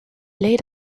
laid